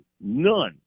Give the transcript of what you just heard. none